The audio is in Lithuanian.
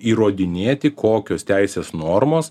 įrodinėti kokios teisės normos